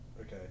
okay